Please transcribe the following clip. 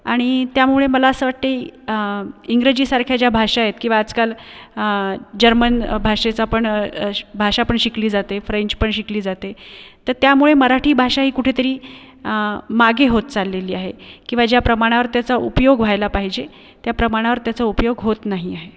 आणि त्यामुळे मला असं वाटतंय इंग्रजीसारख्या ज्या भाषा आहेत किंवा आजकाल जर्मन भाषेचा पण भाषा पण शिकली जाते फ्रेंच पण शिकली जाते तर त्यामुळे मराठी भाषा ही कुठेतरी मागे होत चाललेली आहे किंवा ज्या प्रमाणावर त्याचा उपयोग व्हायला पाहिजे त्या प्रमाणावर त्याचा उपयोग होत नाही आहे